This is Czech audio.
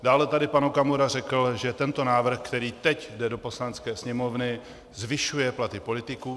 Dále tady pan Okamura řekl, že tento návrh, který teď jde do Poslanecké sněmovny, zvyšuje platy politiků.